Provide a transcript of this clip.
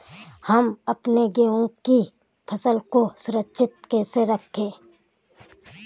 हम अपने गेहूँ की फसल को सुरक्षित कैसे रखें?